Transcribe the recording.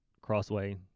Crossway